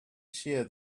shear